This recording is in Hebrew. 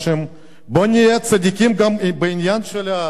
בוא ונהיה צדיקים גם בעניין הגולאג,